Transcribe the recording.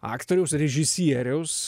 aktoriaus režisieriaus